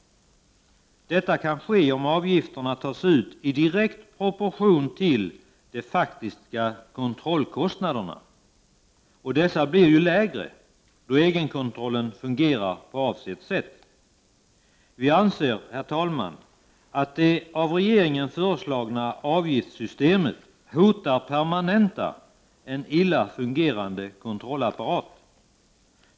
1989/90:45 kan ske om avgifterna tas ut i direkt proportion till de faktiska kontrollkost 13 december 1989 naderna, och de blir ju lägre då egenkontrollen fungerar på avsett sätt. Vi Nytt avgiftssystem anser, herr talman, att det av regeringen föreslagna avgiftssystemet hotar att ions livsmedels: permanenta en illa fungerande kontrollapparat.